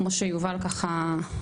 כמו שיניב אמר.